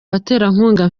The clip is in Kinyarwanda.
baterankunga